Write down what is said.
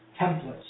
templates